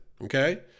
Okay